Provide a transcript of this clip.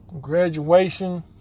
Graduation